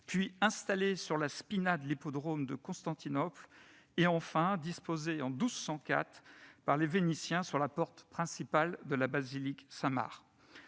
puis installées sur la de l'hippodrome de Constantinople et, enfin, disposées, en 1204, par les Vénitiens, sur la porte principale de la basilique Saint-Marc.